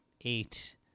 eight